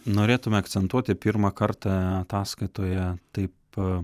norėtumėme akcentuoti pirmą kartą ataskaitoje taip pat